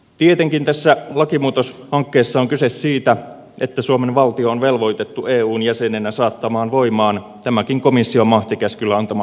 tietenkin tässä lakimuutoshankkeessa on kyse siitä että suomen valtio on velvoitettu eun jäsenenä saattamaan voimaan tämäkin komission mahtikäskyllä antama direktiivi